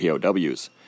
POWs